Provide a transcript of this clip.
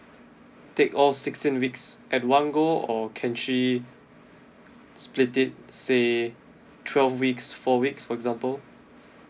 take all sixteen weeks at one go or can she split it say twelve weeks four weeks for example